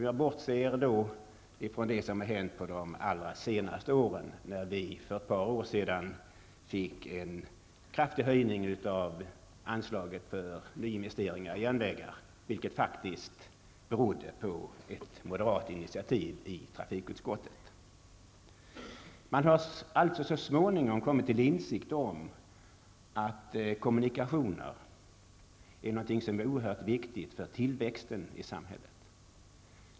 Jag bortser då från det som hänt under de allra senaste åren, när vi för ett par år sedan fick en kraftig höjning av anslaget för nyinvesteringar i järnvägar, vilket faktiskt berodde på ett moderat initiativ i trafikutskottet. Man har alltså så småningom kommit till insikt om att kommunikationer är någonting som är oerhört viktigt för tillväxten i samhället.